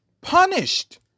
punished